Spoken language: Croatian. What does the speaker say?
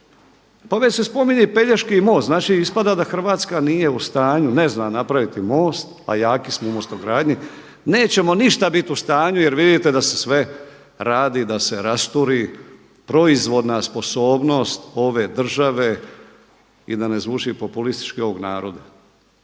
Pa već se spominje i Pelješki most, znači ispada da Hrvatska nije u stanju, ne zna napraviti most, a jaki smo u mostogradnji. Nećemo ništa bit u stanju, jer vidite da se sve radi, da se rasturi proizvodna sposobnost ove države i da ne zvuči populistički ovog naroda.